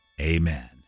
Amen